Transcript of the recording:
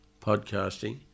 podcasting